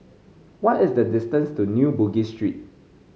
what is the distance to New Bugis Street